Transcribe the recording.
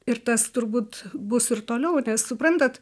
ir tas turbūt bus ir toliau nes suprantat